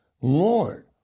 Lord